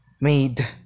made